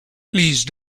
please